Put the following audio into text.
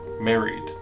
married